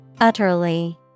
Utterly